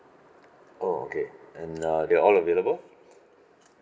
oh okay and uh they all available